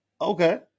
Okay